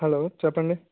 hello చెప్పండి